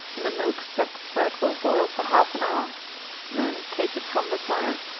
and the milk set where it will boil for half an hour then take it from the fire,